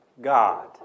God